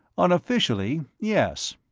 unofficially, yes.